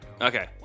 Okay